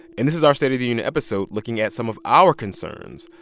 and this is our state of the union episode, looking at some of our concerns,